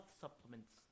supplements